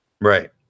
Right